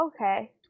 Okay